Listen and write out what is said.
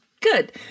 good